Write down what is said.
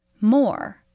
More